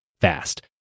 fast